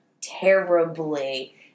terribly